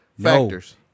factors